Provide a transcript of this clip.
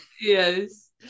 yes